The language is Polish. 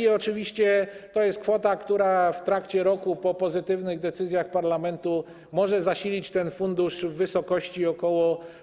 I oczywiście to jest kwota, która w trakcie roku po pozytywnych decyzjach Parlamentu może zasilić ten fundusz w wysokości ok.